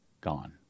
gone